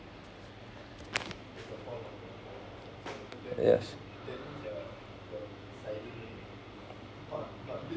yes